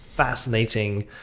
fascinating